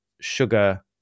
sugar